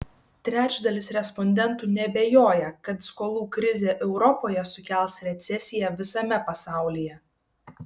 trečdalis respondentų neabejoja kad skolų krizė europoje sukels recesiją visame pasaulyje